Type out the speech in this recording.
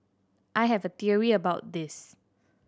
I have a theory about this